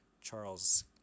Charles